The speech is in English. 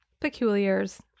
peculiars